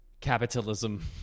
capitalism